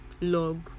log